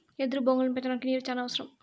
ఎదురు బొంగులను పెంచడానికి నీరు చానా అవసరం